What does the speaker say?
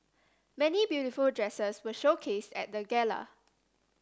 many beautiful dresses were showcased at the gala